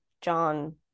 John